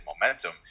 momentum